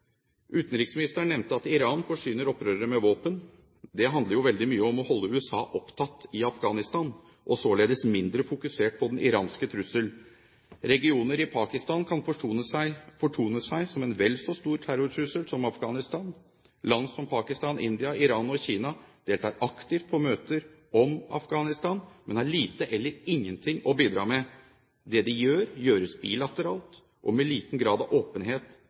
Utenriksministeren nevnte at Iran forsyner opprørere med våpen. Det handler jo veldig mye om å holde USA opptatt i Afghanistan – og således mindre fokusert på den iranske trussel. Regioner i Pakistan kan fortone seg som en vel så stor terrortrussel som Afghanistan. Land som Pakistan, India, Iran og Kina deltar aktivt på møter om Afghanistan, men har lite eller ingenting å bidra med. Det de gjør, gjøres bilateralt og med liten grad av åpenhet.